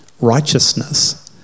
righteousness